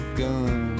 gun